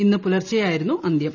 ഇന്ന് പുലർച്ചെയായിരുന്നു അന്ത്യം